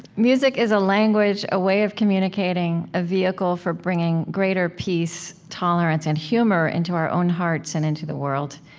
music is a language, a way of communicating, a vehicle for bringing greater peace, tolerance, and humor into our own hearts and into the world.